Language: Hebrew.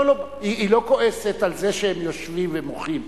היא לא כועסת על זה שהם יושבים ומוחים,